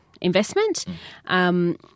investment